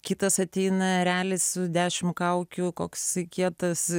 kitas ateina erelis dešimt kaukių koks kietas